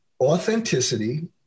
authenticity